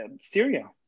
Syria